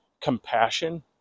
compassion